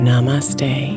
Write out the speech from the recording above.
Namaste